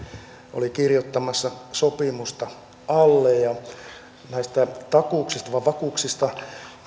oli allekirjoittamassa sopimusta näistä takuuksista tai vakuuksista